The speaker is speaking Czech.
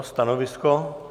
Stanovisko?